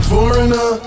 Foreigner